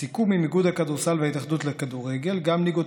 בסיכום עם איגוד הכדורסל וההתאחדות לכדורגל גם ליגות